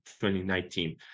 2019